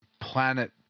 planet